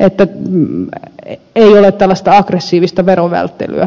että ei ole tällaista aggressiivista verovälttelyä